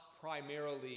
primarily